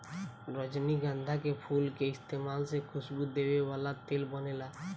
रजनीगंधा के फूल के इस्तमाल से खुशबू देवे वाला तेल बनेला